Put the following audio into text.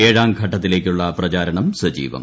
ഏഴാം ഘട്ടത്തിലേയ്ക്കുള്ള പ്രചാരണം സജീവം